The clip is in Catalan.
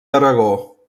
aragó